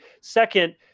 Second